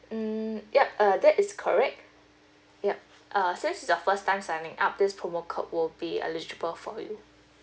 mm yup uh that is correct yup uh since it's the first time signing up this promo code will be eligible for you